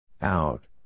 Out